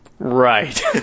Right